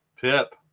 Pip